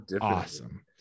awesome